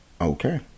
okay